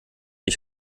ich